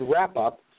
wrap-up